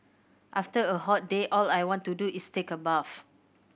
after a hot day all I want to do is take a bath